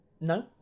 No